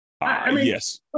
Yes